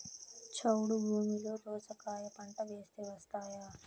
చౌడు భూమిలో దోస కాయ పంట వేస్తే వస్తాయా?